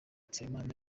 nsabimana